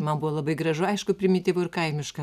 man buvo labai gražu aišku primityvu ir kaimiška